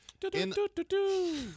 Do-do-do-do-do